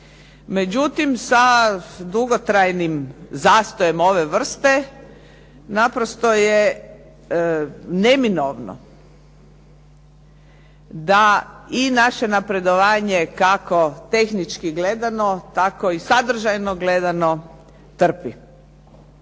Međutim, sa dugotrajnim zastojem ove vrste naprosto je neminovno da i naše napredovanje kako tehnički gledano tako i sadržajno gledano trpi.